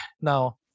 Now